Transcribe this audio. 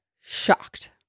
shocked